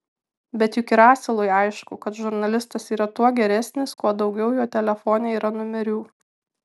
bet juk ir asilui aišku kad žurnalistas yra tuo geresnis kuo daugiau jo telefone yra numerių